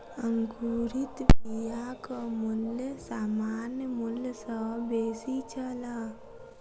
अंकुरित बियाक मूल्य सामान्य मूल्य सॅ बेसी छल